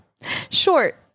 Short